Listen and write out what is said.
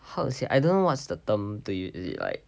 how to say I don't know what's the term to use is it like